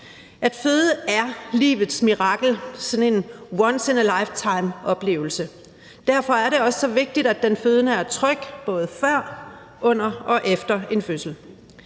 At føde er livets mirakel; sådan en once in a lifetime-oplevelse. Derfor er det også så vigtigt, at den fødende er tryg, både før, under og efter en fødsel.